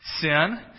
Sin